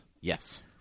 Yes